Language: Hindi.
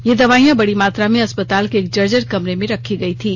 ये दवाईयां बड़ी मात्रा में अस्पताल के एक जर्जर कमरे में रखी गयी थीं